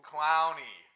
Clowny